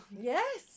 yes